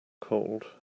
cold